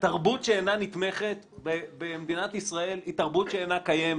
תרבות שאינה נתמכת במדינת ישראל היא תרבות שאינה קיימת.